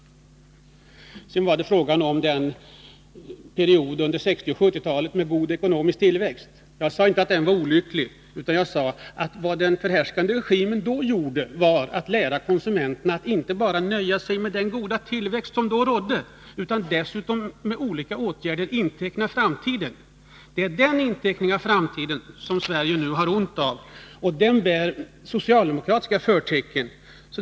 Sedan var det fråga om perioden under 1960 och 1970-talen med god ekonomisk tillväxt. Jag sade inte att den var olycklig, utan jag sade att den då härskande regimen lärde konsumenterna att inte nöja sig bara med den goda tillväxt som då skedde utan att dessutom med olika åtgärder inteckna framtiden. Det är den inteckningen av framtiden som Sverige nu har ont av, och den bär socialdemokratiska förtecken.